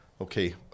Okay